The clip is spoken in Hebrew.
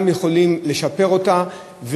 גם יכולים לשפר אותה,